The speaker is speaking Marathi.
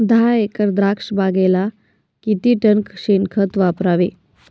दहा एकर द्राक्षबागेला किती टन शेणखत वापरावे?